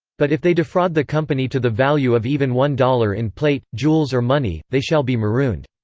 but if they defraud the company to the value of even one dollar in plate, jewels or money, they shall be marooned.